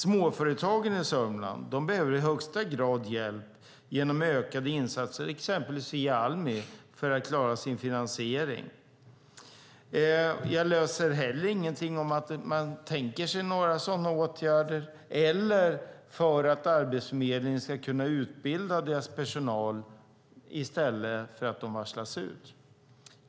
Småföretagen i Södermanland behöver i högsta grad hjälp genom ökade insatser exempelvis via Almi för att klara sin finansiering. Jag läser inte heller någonting om att man tänker sig några sådana åtgärder eller att göra någonting för att Arbetsförmedlingen ska kunna utbilda personal i stället för att de varslas.